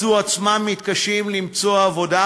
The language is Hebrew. מצאו עצמם מתקשים למצוא עבודה,